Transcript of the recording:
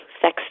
sex